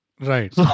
Right